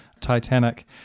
Titanic